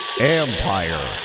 Empire